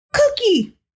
cookie